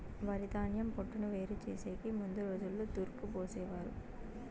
వరిధాన్యం పొట్టును వేరు చేసెకి ముందు రోజుల్లో తూర్పు పోసేవారు